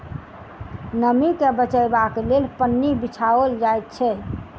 नमीं के बचयबाक लेल पन्नी बिछाओल जाइत छै